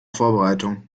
vorbereitung